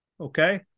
Okay